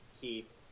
Keith